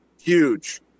Huge